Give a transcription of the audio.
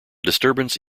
disturbance